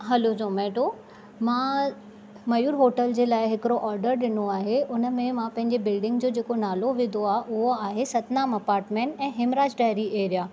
hello Zomato मां Mayur hotel जे लाइ हिकड़ो ओर्डर ॾिनो आहे उन में मां पंहिंजे बिल्डिंग जो जेको नालो विधो आहे उहो आहे सतनाम अपार्टमेंट ऐं हिमराज डेरी एरिया